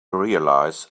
realize